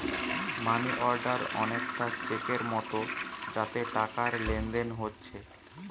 মানি order অনেকটা চেকের মতো যাতে টাকার লেনদেন হোচ্ছে